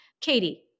Katie